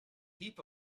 heap